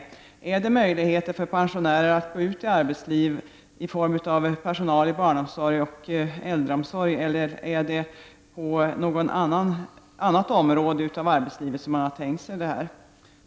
Gäller det möjligheter för pensionärer att i form av personal inom barnomsorg och äldreomsorg gå ut av arbetslivet, eller rör förnyelsen något annat område av arbetslivet?